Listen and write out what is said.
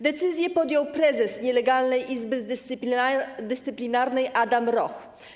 Decyzję podął prezes nielegalnej Izby Dyscyplinarnej Adam Roch.